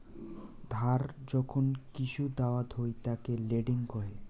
ধার যখন কিসু দাওয়াত হই তাকে লেন্ডিং কহে